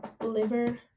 Liver